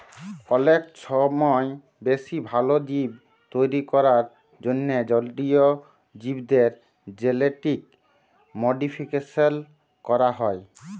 অলেক ছময় বেশি ভাল জীব তৈরি ক্যরার জ্যনহে জলীয় জীবদের জেলেটিক মডিফিকেশল ক্যরা হ্যয়